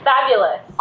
Fabulous